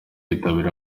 yitabiriye